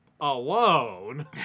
alone